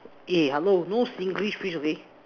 eh hello no Singlish please okay